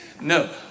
No